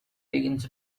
begins